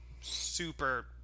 super